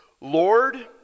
Lord